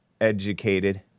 educated